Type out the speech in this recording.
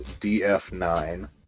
DF9